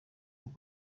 call